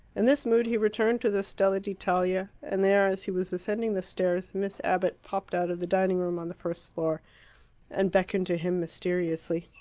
in this mood he returned to the stella d'italia, and there, as he was ascending the stairs, miss abbott popped out of the dining-room on the first floor and beckoned to him mysteriously.